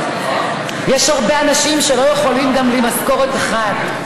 יש הרבה אנשים שלא יכולים גם בלי משכורת אחת.